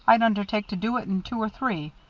i'd undertake to do it in two or three,